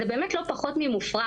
זה באמת לא פחות ממופרך.